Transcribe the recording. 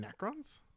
Necrons